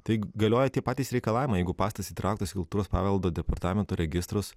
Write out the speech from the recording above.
tai galioja tie patys reikalavimai jeigu pastatas įtrauktas į kultūros paveldo departamento registrus